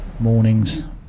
mornings